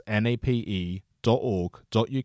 nape.org.uk